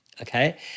Okay